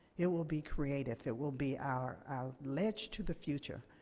it will be creative. it will be our our ledge to the future.